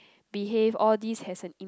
behave all these have an impact